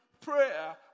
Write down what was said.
prayer